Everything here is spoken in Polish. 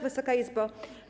Wysoka Izbo!